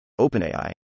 OpenAI